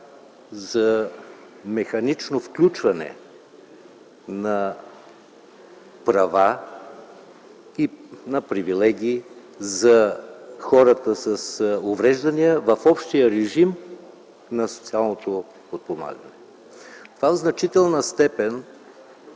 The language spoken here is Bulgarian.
за механично включване на права и на привилегии за хората с увреждания в общия режим на социалното подпомагане. Това в значителна степен